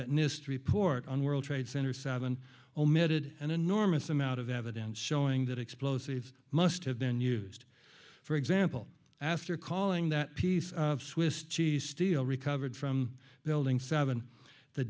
that nist report on world trade center seven omitted an enormous amount of evidence showing that explosives must have been used for example after calling that piece of swiss cheese steel recovered from building seven the